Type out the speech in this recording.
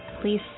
Please